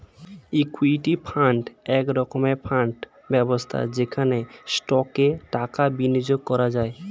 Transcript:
equity fund এক রকমের fund ব্যবস্থা যেখানে স্টকে টাকা বিনিয়োগ করা হয়